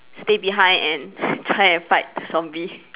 stay behind and try and fight zombie